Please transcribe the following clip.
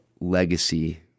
legacy